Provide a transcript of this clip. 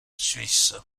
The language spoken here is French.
suisse